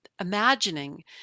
imagining